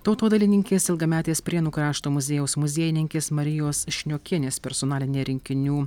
tautodailininkės ilgametės prienų krašto muziejaus muziejininkės marijos šniokienės personalinė rinkinių